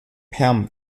perm